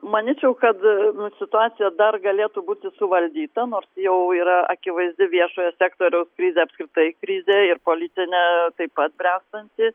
manyčiau kad situacija dar galėtų būti suvaldyta nors jau yra akivaizdi viešojo sektoriaus krizė apskritai krizė ir politinė taip pat bręstanti